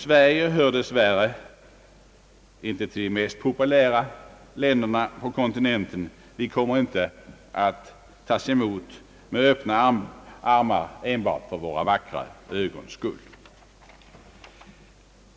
Sverige hör dessvärre inte till de mest populära länderna på kontinenten. Vi kommer inte att tas emot med öppna armar enbart för våra vackra ögons skull.